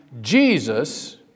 Jesus